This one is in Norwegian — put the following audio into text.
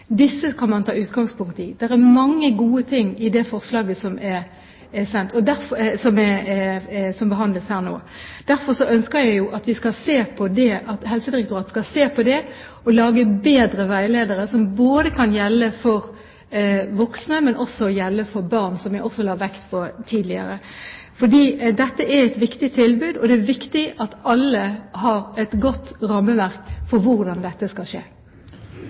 Disse kan man ta utgangspunkt i. Det er mange gode ting i det forslaget som behandles her nå. Derfor ønsker jeg at Helsedirektoratet skal se på det og lage bedre veiledere, som både kan gjelde for voksne og for barn, som jeg også la vekt på tidligere. Dette er et viktig tilbud, og det er viktig at alle har et godt rammeverk for hvordan dette skal skje.